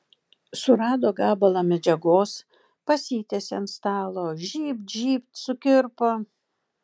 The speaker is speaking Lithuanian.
surado gabalą medžiagos pasitiesė ant stalo žybt žybt sukirpo